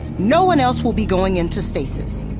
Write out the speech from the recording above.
no one else will be going into stasis.